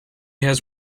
has